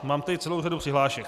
Mám tady celou řadu přihlášek.